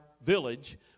village